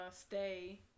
stay